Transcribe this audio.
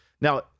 Now